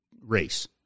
race